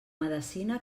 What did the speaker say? medecina